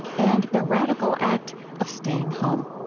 and the radical act of staying home.